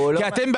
כי אתם,